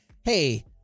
hey